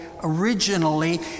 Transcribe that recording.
originally